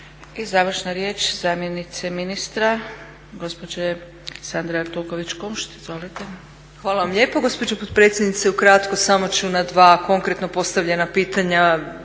I završna riječ zamjenice ministra, gospođe Sandre Artuković Kunšt. Izvolite. **Artuković Kunšt, Sandra** Hvala vam lijepo gospođo potpredsjednice. Ukratko samo ću na dva konkretno postavljena pitanja